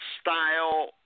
style